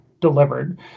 delivered